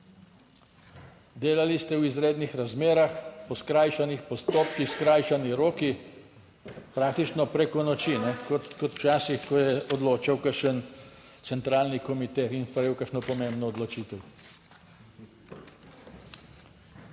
Delali ste v izrednih razmerah, po skrajšanih postopkih, skrajšani roki, praktično preko noči, kot včasih, ko je odločal kakšen centralni komite in sprejel kakšno pomembno odločitev.